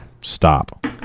stop